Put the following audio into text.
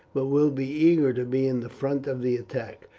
but will be eager to be in the front of the attack.